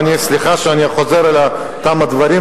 וסליחה שאני חוזר על אותם הדברים,